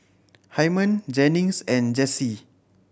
Hyman Jennings and Jessee